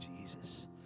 Jesus